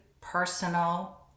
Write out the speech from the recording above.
personal